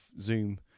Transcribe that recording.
Zoom